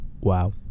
Wow